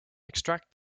extract